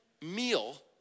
meal